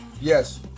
Yes